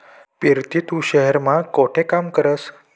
पिरती तू शहेर मा कोठे काम करस?